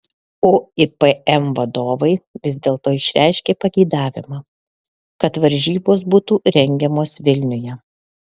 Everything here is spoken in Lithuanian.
uipm vadovai vis dėlto išreiškė pageidavimą kad varžybos būtų rengiamos vilniuje